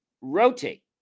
rotate